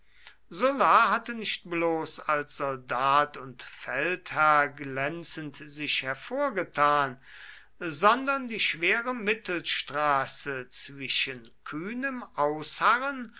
sulla hatte nicht bloß als soldat und feldherr glänzend sich hervorgetan sondern die schwere mittelstraße zwischen kühnem ausharren